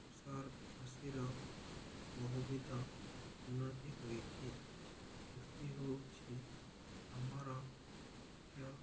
କୃଷକର କୃଷିର ବହୁବିିଧ ଉନ୍ନତି ହୋଇଛି କୃଷି ହେଉଛି ଆମର ମୁଖ୍ୟ